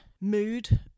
mood